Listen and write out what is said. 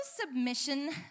submission